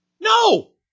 No